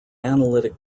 analytic